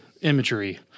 imagery